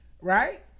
Right